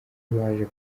waje